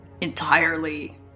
...entirely